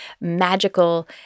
magical